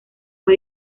fue